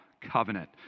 covenant